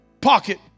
pocket